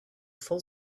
full